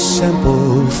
simple